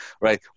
right